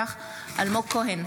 אינו נוכח אלמוג כהן,